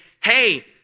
hey